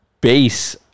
base